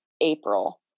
April